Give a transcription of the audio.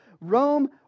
Rome